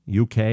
UK